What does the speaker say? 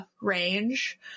range